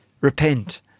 repent